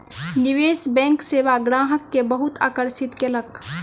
निवेश बैंक सेवा ग्राहक के बहुत आकर्षित केलक